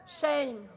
Shame